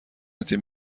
تیم